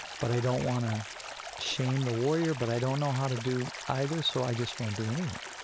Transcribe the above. but i don't want to shame the warrior. but i don't know how to do either, so i just won't do anything.